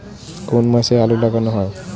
কোন মাসে আলু লাগানো হয়?